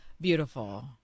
beautiful